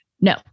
no